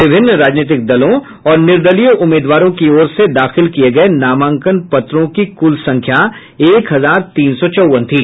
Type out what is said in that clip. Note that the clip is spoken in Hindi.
विभिन्न राजनीतिक दलों और निर्दलीय उम्मीदवारों की ओर से दाखिल किये गये नामांकन पत्रों की कुल संख्या एक हजार तीन सौ चौवन थी